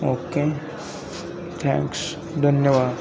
okay thanks धन्यवाद